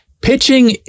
Pitching